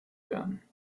werden